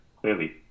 clearly